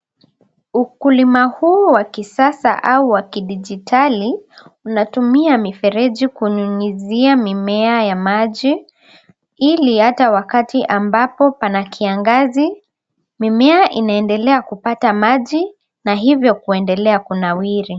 Ukulima huu wa kisasa au wa kidigitali, unatumia mifereji kunyunyizia mimea maji ili hata wakati ambapo pana kiangazi, mimea inaendelea kupata maji na hivyo kuendelea kunawiri.